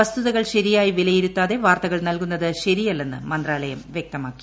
വസ്തുതകൾ ശരിയായി പ്പീല്യയിരുത്താതെ വാർത്തകൾ നൽകുന്നത് ശരിയല്ലെന്ന് മന്ത്രാലയം വൃക്ടിക്തമാക്കി